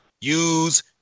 use